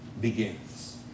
begins